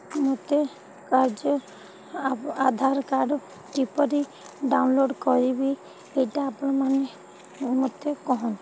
ମୋତେ କାର୍ଯ୍ୟ ଆଧାର୍ କାର୍ଡ଼୍ କିପରି ଡାଉନ୍ଲୋଡ଼୍ କରିବି ଏଇଟା ଆପଣମାନେ ମୋତେ କହନ୍ତୁ